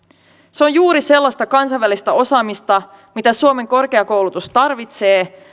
se on juuri sellaista kansainvälistä osaamista mitä suomen korkeakoulutus tarvitsee